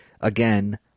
again